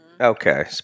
Okay